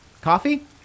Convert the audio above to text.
Coffee